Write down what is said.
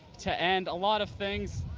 to and a lot of things.